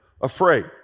afraid